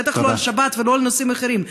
בטח לא על שבת ולא על נושאים אחרים.